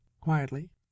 Quietly